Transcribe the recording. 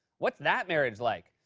what's that marriage like?